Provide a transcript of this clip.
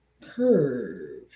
curve